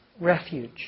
refuge